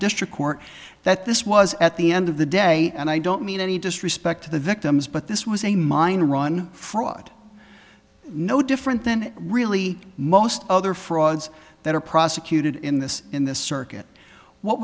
district court that this was at the end of the day and i don't mean any disrespect to the victims but this was a minor run fraud no different than really most other frauds that are prosecuted in this in this circuit what